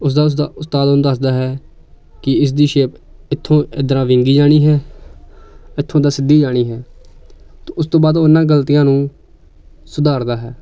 ਉਸਦਾ ਉਸਦਾ ਉਸਤਾਦ ਉਹਨੂੰ ਦੱਸਦਾ ਹੈ ਕਿ ਇਸ ਦੀ ਸ਼ੇਪ ਇੱਥੋਂ ਇਧਰਾਂ ਵਿੰਗੀ ਜਾਣੀ ਹੈ ਇੱਥੋਂ ਤਾਂ ਸਿੱਧੀ ਜਾਣੀ ਹੈ ਇਸ ਤੋਂ ਬਾਅਦ ਇਹਨਾਂ ਗਲਤੀਆਂ ਨੂੰ ਸੁਧਾਰਦਾ ਹੈ